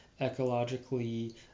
ecologically